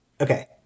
Okay